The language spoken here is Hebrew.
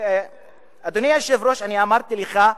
אדוני היושב-ראש, אני אמרתי לך,